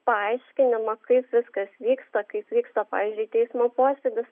paaiškinimo kaip viskas vyksta kaip vyksta pavyzdžiui teismo posėdis